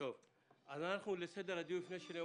ואנשי הפרוטוקול לא יעבדו קשה אחר כך לפענח